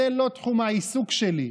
זה לא תחום העיסוק שלי,